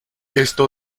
esto